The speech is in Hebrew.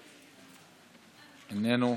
איננו,